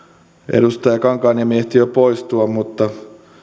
edustaja kankaanniemi ehti jo poistua mutta